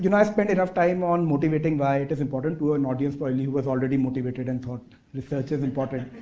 you know i spent enough time on motivating why it is important to an audience while he was already motivated and thought research is important.